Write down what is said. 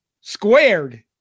squared